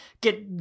get